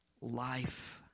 life